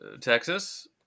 Texas